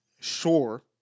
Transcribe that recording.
sure